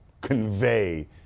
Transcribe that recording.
convey